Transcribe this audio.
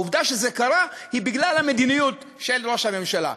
העובדה שזה קרה היא בגלל המדיניות של ראש הממשלה.